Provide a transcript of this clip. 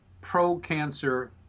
pro-cancer